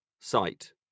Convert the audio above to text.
sight